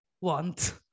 want